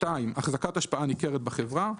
החזקת השפעה ניכרת בחברה,